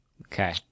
Okay